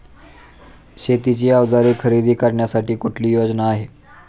शेतीची अवजारे खरेदी करण्यासाठी कुठली योजना आहे?